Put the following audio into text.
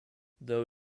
though